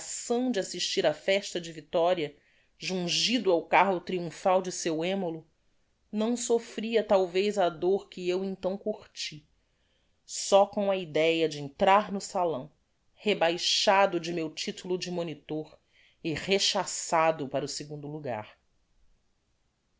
humilhação de assistir á festa de victoria jungido ao carro triumphal de seu emulo não soffria talvez a dor que eu então curti só com a ideia de entrar no salão rebaixado de meu titulo de monitor e rechassado para o segundo lugar